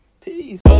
peace